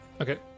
Okay